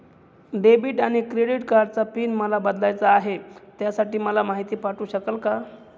Debit आणि credit कार्डचा PIN मला बदलायचा आहे, त्यासाठी मला माहिती पाठवू शकाल का?